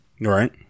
right